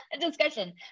discussion